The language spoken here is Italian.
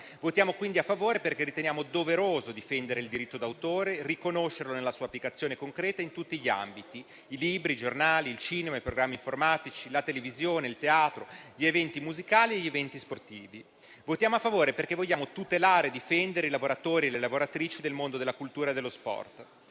Voteremo quindi a favore, perché riteniamo doveroso difendere il diritto d'autore e riconoscerlo nella sua applicazione concreta in tutti gli ambiti: i libri, i giornali, il cinema, i programmi informatici, la televisione, il teatro, gli eventi musicali e sportivi. Voteremo a favore perché vogliamo tutelare e difendere i lavoratori e le lavoratrici del mondo della cultura e dello sport.